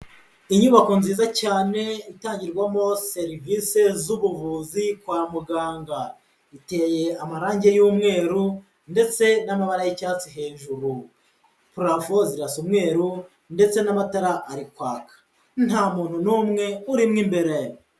Inyubako nziza cyane itangirwamo serivisi z'ubuvuzi kwa muganga. Iteye amarangi y'umweru ndetse n'amabara y'icyatsi hejuru, parafo zirasa umweru ndetse n'amatara ari kwaka. Nta muntu n'umwe urimo imbere.